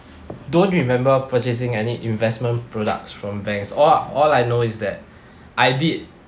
don't remember purchasing any investment products from banks all all I know is that I did